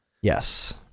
Yes